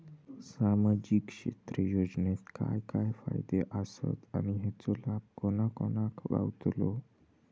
सामजिक क्षेत्र योजनेत काय काय फायदे आसत आणि हेचो लाभ कोणा कोणाक गावतलो?